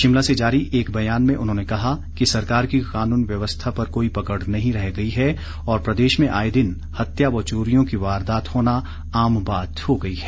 शिमला से जारी एक बयान में उन्होंने कहा कि सरकार की कानून व्यवस्था पर कोई पकड़ नहीं रह गई है और प्रदेश में आए दिन हत्या व चोरियों की वारदात होना आम बात हो गई है